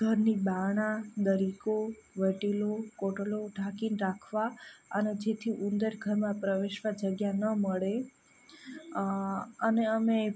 ઘરની બારણા દરીકો વટીલો કોટલો ઢાંકીને રાખવા અને જેથી ઉંદર ઘરમાં પ્રવેશવા જગ્યા ન મળે અને અમે